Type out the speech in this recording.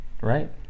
Right